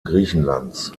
griechenlands